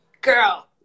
girl